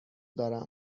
دارم